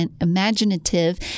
imaginative